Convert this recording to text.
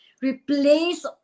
replace